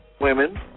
women